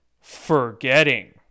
forgetting